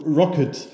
rocket